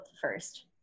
first